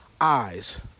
eyes